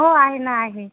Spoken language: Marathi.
हो आहे ना आहे